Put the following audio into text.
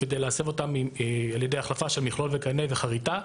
כדי להסב אותם על ידי החלפה של מכלול וקנה בחריטה,